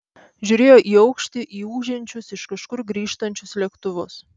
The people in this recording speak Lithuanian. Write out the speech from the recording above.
žiūrėjo į aukštį į ūžiančius iš kažkur grįžtančius lėktuvus